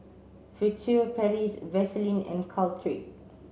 Furtere Paris Vaselin and Caltrate